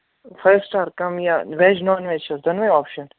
five star کَم یا veg non veg چھِس دۄنوٕے آپشَن